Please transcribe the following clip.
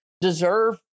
deserve